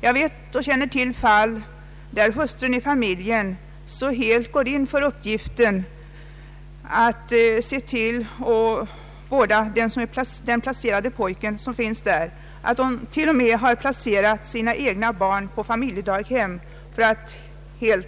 Jag känner till fall där hustrun i familjen så helt går in för uppgiften att se till och vårda den placerade pojken där att hon till och med har lämnat sina egna barn till familjedaghem. Då